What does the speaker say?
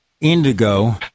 indigo